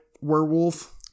Werewolf